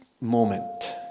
moment